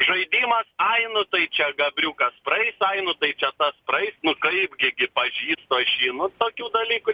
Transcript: žaidimas ai nu tai čia gabriukas praeis ai nu tai čia tas praeis nu kaipgi gi pažįstu aš jį nu tokių dalykų